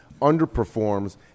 underperforms